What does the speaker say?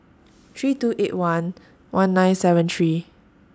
three two eight one one nine seven three